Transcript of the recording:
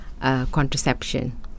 contraception